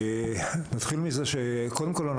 נתחיל מזה שקודם כל,